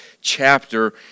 chapter